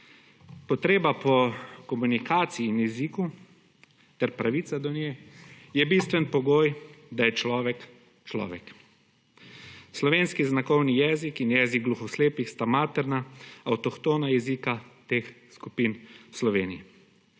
Potreba po komunikaciji in jeziku ter pravico do nje, je bistven pogoj, da je človek človek. Slovenski znakovni jezik in jezik gluhoslepih sta materna avtohtona jezika teh skupin v Sloveniji.